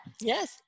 yes